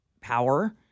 power